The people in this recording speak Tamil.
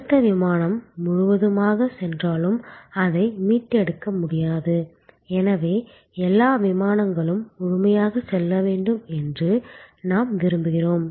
அடுத்த விமானம் முழுவதுமாக சென்றாலும் அதை மீட்டெடுக்க முடியாது ஏனென்றால் எல்லா விமானங்களும் முழுமையாக செல்ல வேண்டும் என்று நாம் விரும்புகிறோம்